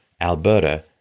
Alberta